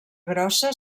grossa